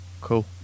Cool